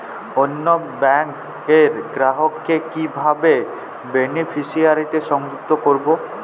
অন্য ব্যাংক র গ্রাহক কে কিভাবে বেনিফিসিয়ারি তে সংযুক্ত করবো?